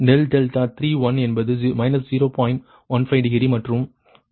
15 degree மற்றும் ∆V2 நீங்கள் 0